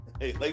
hey